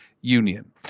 Union